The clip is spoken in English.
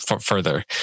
further